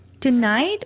Tonight